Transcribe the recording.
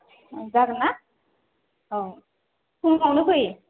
जागोन्ना औ फुङावनो फै